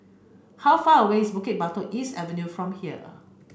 how far away is Bukit Batok East Avenue from here